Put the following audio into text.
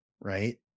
right